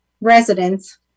residents